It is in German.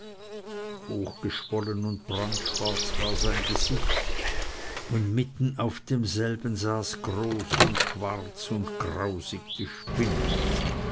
hochgeschwollen und brandschwarz war sein gesicht und mitten auf demselben saß groß und schwarz und grausig die spinne